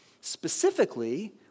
Specifically